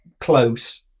close